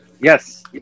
Yes